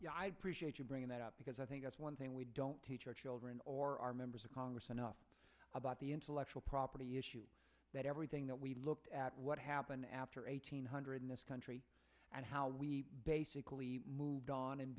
government bringing that up because i think that's one thing we don't teach our children or our members of congress enough about the intellectual property issue that everything that we looked at what happened after eight hundred in this country and how we basically moved on and